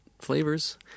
flavors